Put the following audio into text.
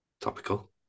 Topical